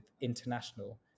international